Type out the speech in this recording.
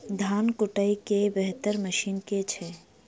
धान कुटय केँ बेहतर मशीन केँ छै?